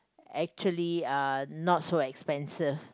actually uh not so expensive